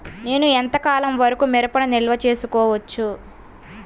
నేను ఎంత కాలం వరకు మిరపను నిల్వ చేసుకోవచ్చు?